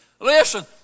Listen